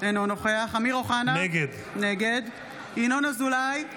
אינו נוכח אמיר אוחנה, נגד ינון אזולאי,